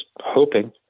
hoping